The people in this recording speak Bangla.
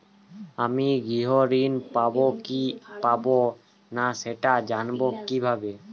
আমি গৃহ ঋণ পাবো কি পাবো না সেটা জানবো কিভাবে?